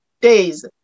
days